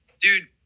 Dude